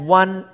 one